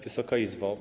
Wysoka Izbo!